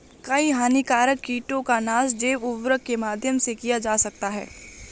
कई हानिकारक कीटों का नाश जैव उर्वरक के माध्यम से किया जा सकता है